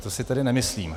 To si tedy nemyslím.